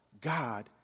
God